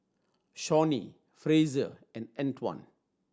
Shawnee Frazier and Antwan